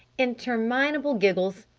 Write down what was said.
interminable giggles!